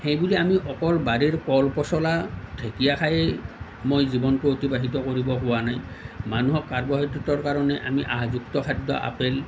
সেই বুলি আমি অকল বাৰীৰ কল পচলা ঢেঁকীয়া খায়েই মই জীৱনটো অতিবাহিত কৰিব কোৱা নাই মানুহক কাৰ্বহাইড্ৰেটৰ কাৰণে আমি আঁহযুক্ত খাদ্য আপেল